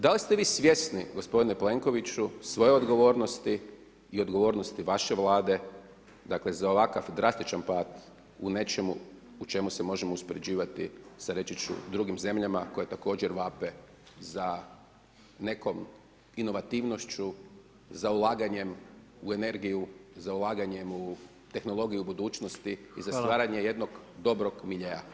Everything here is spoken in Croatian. Da li ste vi svjesni gospodine Plenkoviću svoje odgovornosti i odgovornosti vaše Vlade dakle za ovakav drastičan pad u nečemu u čemu se možemo uspoređivati sa reći ću drugim zemljama koje također vape za nekom inovativnošću, za ulaganjem u energiju, za ulaganjem u tehnologiju budućnosti i za stvaranje jednog dobrog miljea?